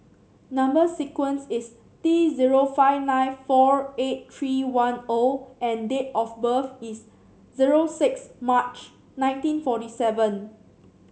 number sequence is T zero five nine four eight three one O and date of birth is zero six March nineteen forty seven